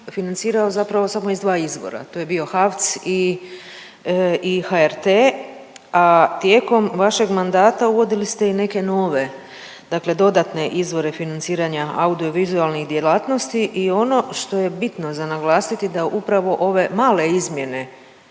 financirao zapravo samo iz dva izvora, to je bio HAVC i HRT, a tijekom vašeg mandata uvodili ste i neke nove dakle dodatne izvore financiranja audiovizualnih djelatnosti i ono što je bitno za naglasiti da upravo ove male izmjene